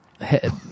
head